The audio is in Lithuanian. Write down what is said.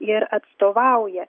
ir atstovauja